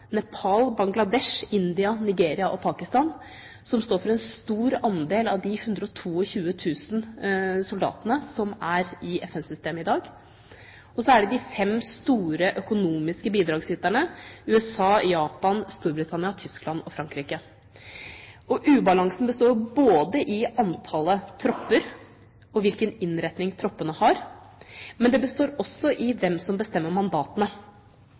Nepal, Bangladesh, India, Nigeria og Pakistan – som står for en stor andel av de 122 000 soldatene som er i FN-systemet i dag, og så er det de fem store økonomiske bidragsyterne – USA, Japan, Storbritannia, Tyskland og Frankrike. Ubalansen består i antallet tropper og hvilken innretning troppene har, men den består også i hvem som bestemmer mandatene.